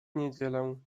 niedzielę